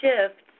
shifts